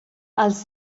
als